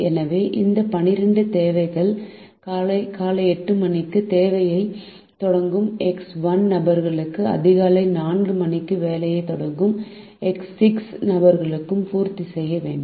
எனவே இந்த 12 தேவைகள் காலை 8 மணிக்கு வேலையைத் தொடங்கும் எக்ஸ் 1 நபர்களையும் அதிகாலை 4 மணிக்கு வேலையைத் தொடங்கும் எக்ஸ் 66 நபர்களையும் பூர்த்தி செய்ய வேண்டும்